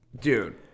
Dude